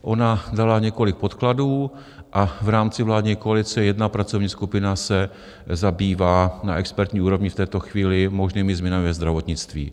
Ona dala několik podkladů a v rámci vládní koalice jedna pracovní skupina se zabývá na expertní úrovni v této chvíli možnými změnami ve zdravotnictví.